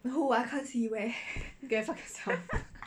go and fuck yourself